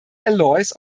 alloys